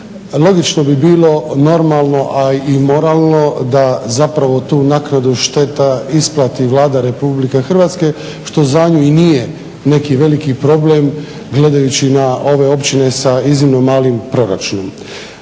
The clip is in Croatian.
Logično bi bilo normalno, a i moralno da zapravo tu naknadu šteta isplati Vlada Republike Hrvatske što za nju i nije neki veliki problem gledajući na ove općine sa iznimno malim proračunom.